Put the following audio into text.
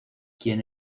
quien